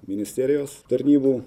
ministerijos tarnybų